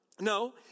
No